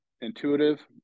intuitive